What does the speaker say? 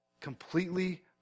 Completely